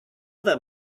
that